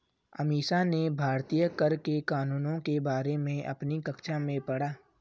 अमीश ने भारतीय कर के कानूनों के बारे में अपनी कक्षा में पढ़ा